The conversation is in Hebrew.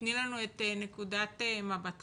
שתתני לנו את נקודת מבטכם.